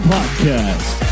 Podcast